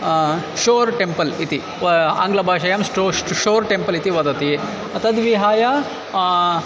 sure temple इति आङ्ग्लभाषायां श्टो शोर् टेम्पल् इति वदति तद्विहाय